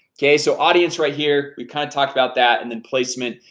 okay, so audience right here we've kind of talked about that and then placement.